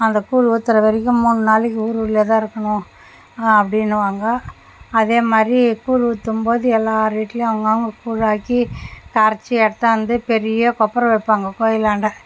அந்த கூழ் ஊற்றுற வரைக்கும் மூணு நாளைக்கு ஊர் உள்ளே தான் இருக்கணும் அப்படின்னுவாங்க அதே மாதிரி கூழ் ஊற்றும் போது எல்லார் வீட்லேயும் அவங்க அவங்க கூழ் ஆக்கி கரைச்சு எடுத்தாந்து பெரிய கொப்பரை வப்பாங்க கோயிலாண்ட